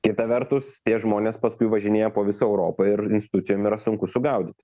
kita vertus tie žmonės paskui važinėja po visą europą ir institucijom yra sunku sugaudyti